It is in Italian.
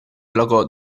placò